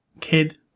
kid